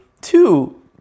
two